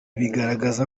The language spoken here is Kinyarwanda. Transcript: bigaragaza